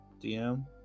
DM